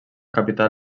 capital